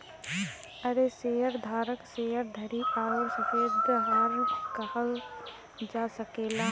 एके शेअर धारक, शेअर धारी आउर साझेदार कहल जा सकेला